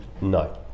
No